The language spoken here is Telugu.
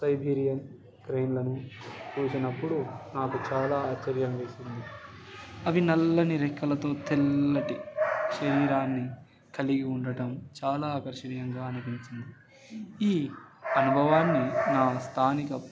సైబీరియన్ క్రేన్లను చూసినప్పుడు నాకు చాలా ఆశ్చర్యం వేసింది అవి నల్లని రెక్కలతో తెల్లటి శరీరాన్ని కలిగి ఉండటం చాలా ఆకర్షణీయంగా అనిపించింది ఈ అనుభవాన్ని నా స్థానిక